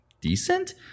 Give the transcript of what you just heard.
decent